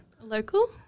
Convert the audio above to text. Local